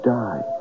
die